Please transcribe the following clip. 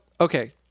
okay